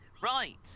Right